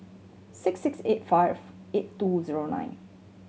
six six eight five eight two zero nine